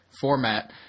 format